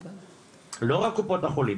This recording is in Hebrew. לא רק קופות החולים,